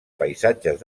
paisatges